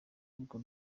urwo